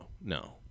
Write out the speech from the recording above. no